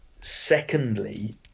secondly